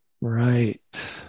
right